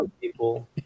People